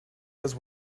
has